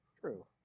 True